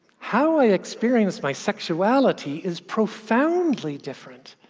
how i experience my sexuality is profoundly different.